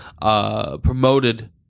Promoted